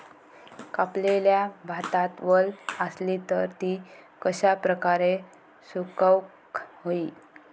कापलेल्या भातात वल आसली तर ती कश्या प्रकारे सुकौक होई?